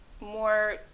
more